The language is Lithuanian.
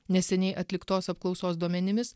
neseniai atliktos apklausos duomenimis